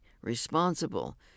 responsible